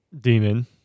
demon